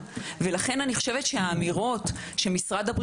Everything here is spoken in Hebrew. אני לא כל כך מבינה את האמירה של סגר על לא מחוסנים